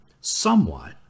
somewhat